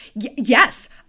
Yes